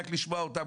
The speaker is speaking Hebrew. רק לשמוע אותך,